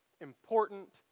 important